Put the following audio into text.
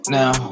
now